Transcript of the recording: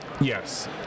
Yes